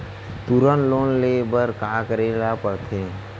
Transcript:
तुरंत लोन ले बर का करे ला पढ़थे?